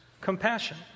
compassion